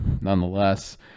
nonetheless